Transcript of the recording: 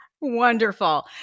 Wonderful